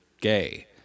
gay